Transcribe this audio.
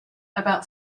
about